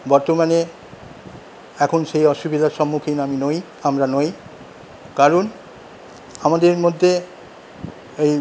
বর্তমানে এখন সেই অসুবিধার সম্মুখীন আমি নই আমরা নই কারণ আমাদের মধ্যে এই